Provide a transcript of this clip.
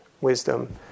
wisdom